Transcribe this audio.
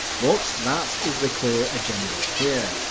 but that is the clear agenda here.